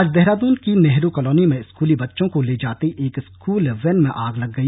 आज देहरादून की नेहरू कॉलोनी में स्कूली बच्चों को ले जाती एक स्कूल वैन में आग लग गई